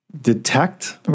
detect